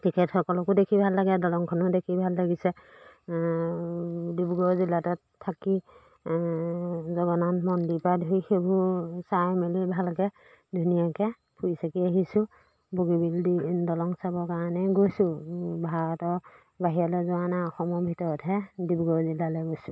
তেখেতসকলকো দেখি ভাল লাগে দলংখনো দেখি ভাল লাগিছে ডিব্ৰুগড় জিলাতে থাকি জগন্নাথ মন্দিৰ পৰা ধৰি সেইবোৰ চাই মেলি ভালকৈ ধুনীয়াকৈ ফুৰি চাকি আহিছোঁ বগীবিল দলং চাবৰ কাৰণে গৈছোঁ ভাৰতৰ বাহিৰলৈ যোৱা নাই অসমৰ ভিতৰতহে ডিব্ৰুগড় জিলালৈ গৈছোঁ